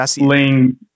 laying